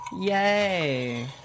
Yay